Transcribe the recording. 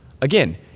Again